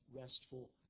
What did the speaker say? restful